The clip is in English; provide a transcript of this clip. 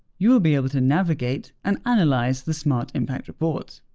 you will be able to navigate and analyze the smart impact report.